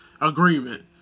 agreement